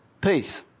Peace